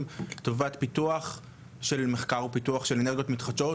לטובת מחקר ופיתוח של אנרגיות מתחדשות,